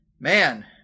man